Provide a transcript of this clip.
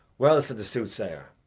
well, said the soothsayer,